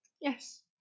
yes